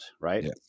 right